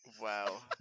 Wow